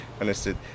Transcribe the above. understood